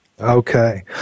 Okay